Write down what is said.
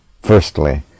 Firstly